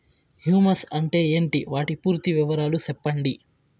Humus అంటే ఏంటి? వాటి పూర్తి వివరాలు సెప్పండి?